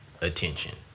attention